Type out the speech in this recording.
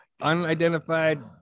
unidentified